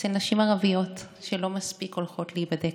אצל נשים ערביות, שלא מספיק הולכות להיבדק.